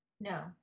No